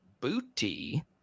Booty